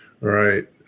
right